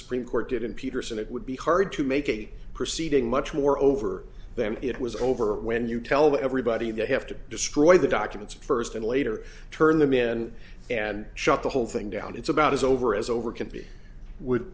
supreme court did in peterson it would be hard to make a proceeding much more over them it was over when you tell everybody they have to destroy the documents first and later turn them in and shut the whole thing down it's about is over is over can be would